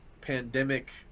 pandemic